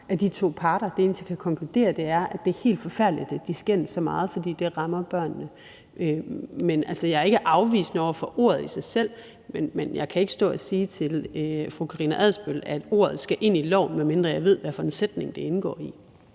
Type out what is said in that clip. Det eneste, jeg kan konkludere, er, at det er helt forfærdeligt, at de skændes så meget, fordi det rammer børnene. Altså, jeg er ikke afvisende over for ordet i sig selv, men jeg kan ikke stå og sige til fru Karina Adsbøl, at ordet skal ind i loven, medmindre jeg ved, hvad for en sætning det indgår i.